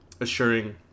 assuring